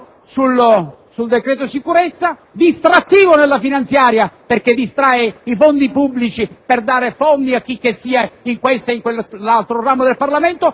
sul decreto sicurezza. È distrattivo nella manovra finanziaria, perché distrae i fondi pubblici per dare fondi a chicchessia in questo o nell'altro ramo del Parlamento;